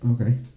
Okay